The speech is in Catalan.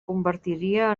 convertiria